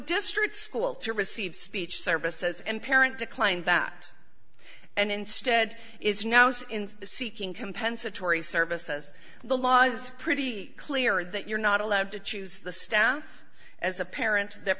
district school to receive speech services and parent declined that and instead is now set in seeking compensatory services the law's pretty clear that you're not allowed to choose the staff as a parent that